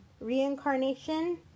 reincarnation